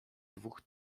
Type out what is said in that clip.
dwóch